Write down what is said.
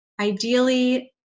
Ideally